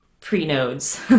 pre-nodes